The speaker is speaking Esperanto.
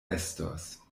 estos